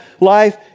life